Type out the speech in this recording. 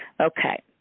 Okay